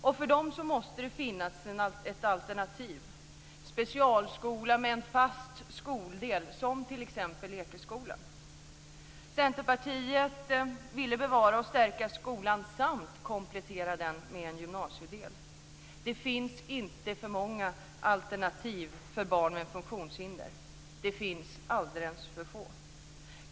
Och för dem måste det finnas ett alternativ - specialskolor med en fast skoldel som t.ex. Ekeskolan. Centerpartiet ville bevara och stärka skolan samt komplettera den med en gymnasiedel. Det finns inte för många alternativ för barn med funktionshinder. Det finns alldeles för få.